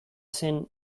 zen